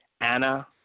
Anna